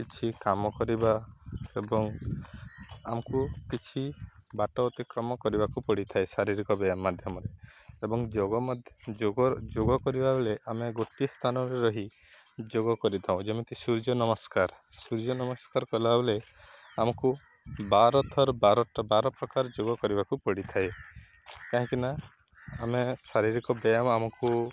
କିଛି କାମ କରିବା ଏବଂ ଆମକୁ କିଛି ବାଟ ଅତିକ୍ରମ କରିବାକୁ ପଡ଼ିଥାଏ ଶାରୀରିକ ବ୍ୟାୟାମ ମାଧ୍ୟମରେ ଏବଂ ଯୋଗ ମଧ୍ୟ ଯୋଗ ଯୋଗ କରିବା ବେଳେ ଆମେ ଗୋଟିଏ ସ୍ଥାନରେ ରହି ଯୋଗ କରିଥାଉଁ ଯେମିତି ସୂର୍ଯ୍ୟ ନମସ୍କାର ସୂର୍ଯ୍ୟ ନମସ୍କାର କଲାବେେଲେ ଆମକୁ ବାର ଥର ବାର ପ୍ରକାର ଯୋଗ କରିବାକୁ ପଡ଼ିଥାଏ କାହିଁକିନା ଆମେ ଶାରୀରିକ ବ୍ୟାୟାମ ଆମକୁ